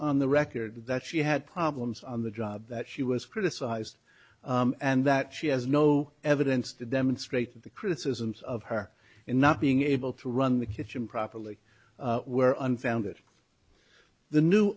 on the record that she had problems on the job that she was criticized and that she has no evidence to demonstrate that the criticisms of her in not being able to run the kitchen properly were unfounded the new